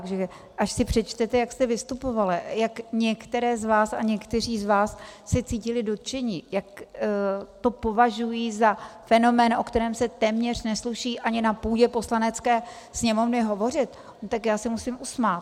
Takže až si přečtete, jak jste vystupovali, jak některé z vás a někteří z vás se cítili dotčeni, jak to považují za fenomén, o kterém se téměř neslyší ani na půdě Poslanecké sněmovny hovořit, no tak já se musím usmát.